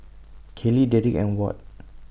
Caylee Darrick and Ward